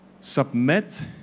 submit